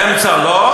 באמצע לא,